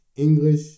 English